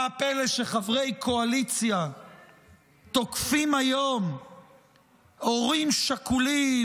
מה הפלא שחברי קואליציה תוקפים היום הורים שכולים?